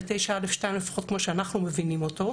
ו-9א(2) לפחות כפי שאנחנו מבינים אותו.